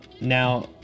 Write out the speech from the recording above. now